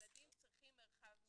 ילדים צריכים מרחב משחק.